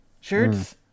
shirts